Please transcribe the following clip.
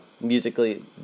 musically